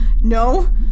no